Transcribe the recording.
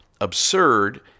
absurd